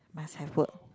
must have work